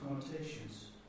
connotations